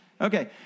Okay